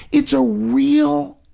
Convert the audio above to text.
it's a real,